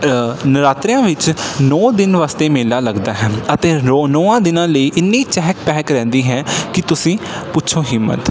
ਨਰਾਤਿਆਂ ਵਿੱਚ ਨੌਂ ਦਿਨ ਵਾਸਤੇ ਮੇਲਾ ਲੱਗਦਾ ਹੈ ਅਤੇ ਓ ਨੌਂਆਂ ਦਿਨਾਂ ਲਈ ਇੰਨੀ ਚਹਿਕ ਪਹਿਕ ਰਹਿੰਦੀ ਹੈ ਕਿ ਤੁਸੀਂ ਪੁੱਛੋਂ ਹੀ ਮੱਤ